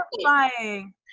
terrifying